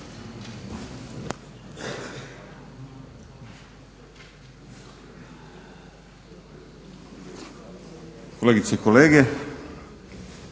kolegice i kolege.